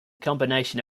combination